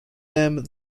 them